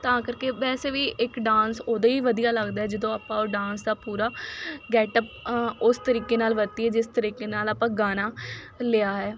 ਤਾਂ ਕਰਕੇ ਵੈਸੇ ਵੀ ਇੱਕ ਡਾਂਸ ਉਦੋਂ ਹੀ ਵਧੀਆ ਲੱਗਦਾ ਹੈ ਜਦੋਂ ਆਪਾਂ ਉਹ ਡਾਂਸ ਦਾ ਪੂਰਾ ਗੈਟਅਪ ਉਸ ਤਰੀਕੇ ਨਾਲ ਵਰਤੀਏ ਜਿਸ ਤਰੀਕੇ ਨਾਲ ਆਪਾਂ ਗਾਣਾ ਲਿਆ ਹੈ